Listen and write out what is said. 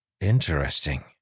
Interesting